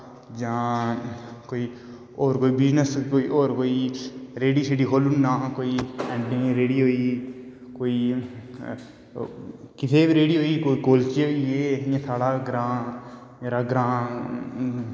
जां कोई होर कोई बिज़नस कोई रहेड़ा शेड़ी खोलीओड़नां कोई ऐंडे दी रहेड़ी होई कोई किसे दी बी रहेड़ी होई कुल्चे होईये जियां साढ़ै गैग्रांऽ मेरै ग्रांऽ